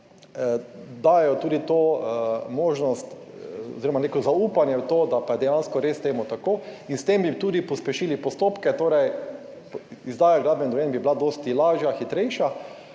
dajejo tudi to možnost oziroma neko zaupanje v to, da pa je dejansko res temu tako in s tem bi tudi pospešili postopke, torej izdaja gradbenih dovolj bi bila dosti lažja, hitrejša